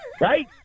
Right